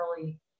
early